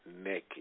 naked